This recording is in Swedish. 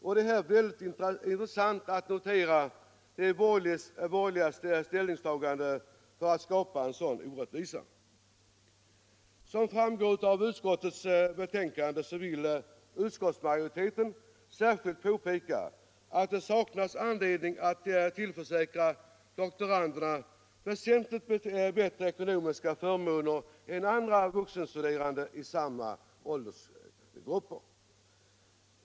Det är här mycket intressant att notera de borgerligas ställningstagande, som skulle leda till en sådan orättvisa. Som framgår av utskottets betänkande betonar utskottsmajoriteten särskilt att det saknas anledning att tillförsäkra doktoranderna väsentligt bättre ekonomiska förmåner än andra vuxenstuderande i samma åldersgrupp.